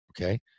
Okay